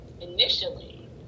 initially